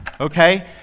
Okay